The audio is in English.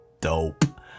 dope